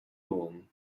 long